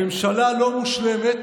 ממשלה לא מושלמת,